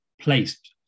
placed